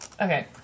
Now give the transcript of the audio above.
Okay